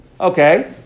Okay